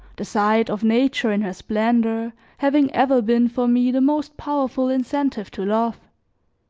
the sight of nature in her splendor having ever been for me the most powerful incentive to love.